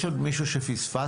יש עוד מישהו שפספסתי?